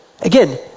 again